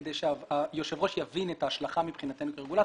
כדי שהיושב ראש יבין את ההשלכה מבחינתנו כרגולטור.